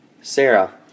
Sarah